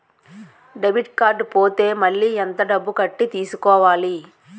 Debit card పోతే మళ్ళీ ఎంత డబ్బు కట్టి తీసుకోవాలి?